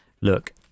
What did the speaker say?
look